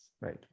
right